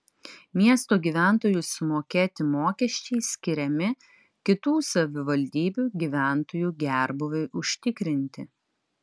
miesto gyventojų sumokėti mokesčiai skiriami kitų savivaldybių gyventojų gerbūviui užtikrinti